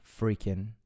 freaking